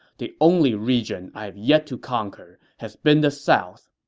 the only region i have yet to conquer has been the south.